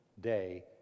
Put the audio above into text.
day